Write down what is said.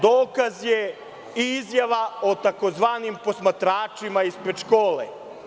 Dokaz i izjava o tzv. posmatračima ispred škole.